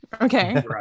Okay